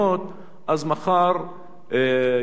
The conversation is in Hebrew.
מחר יתרצו,